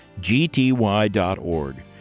gty.org